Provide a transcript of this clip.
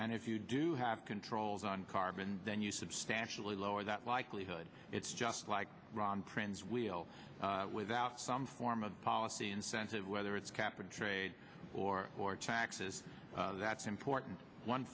and if you do have controls on carbon then you substantially lower that likelihood it's just like ron prince will without some form of policy incentive whether it's cap and trade or or taxes that's important one